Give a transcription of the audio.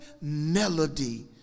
melody